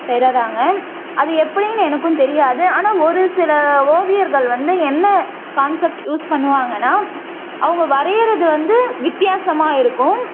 பெறுறாங்க அது எப்படினு எனக்கும் தெரியாது ஆனால் ஒரு சில ஓவியர்கள் வந்து என்ன கான்செப்ட் யூஸ் பண்ணுவாங்கன்னால் அவங்க வரையறது வந்து வித்தியாசமாக இருக்கும்